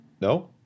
No